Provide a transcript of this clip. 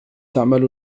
تعمل